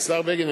השר בגין,